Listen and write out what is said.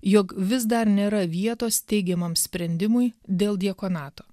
jog vis dar nėra vietos teigiamam sprendimui dėl diakonato